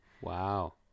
Wow